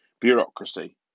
bureaucracy